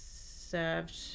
served